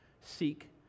seek